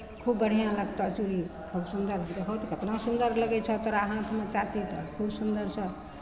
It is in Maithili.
खूब बढ़िआँ लगतह चूड़ी खूब सुन्दर लगतौ हौ कतना सुन्रर लगै छौ तोरा हाथमे चाची खूब सुन्दर छौ